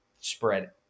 spread